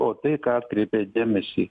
o tai ką atkreipė dėmesį